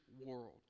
world